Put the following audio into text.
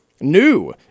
new